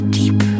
deep